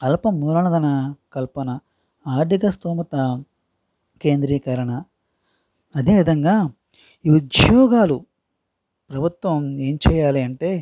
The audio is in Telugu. అల్ప మురణధన కల్పన ఆర్థిక స్తోమత కేంద్రీకరణ అదే విధంగా ఈ ఉద్యోగాలు ప్రభుత్వం ఏమి చేయాలి అంటే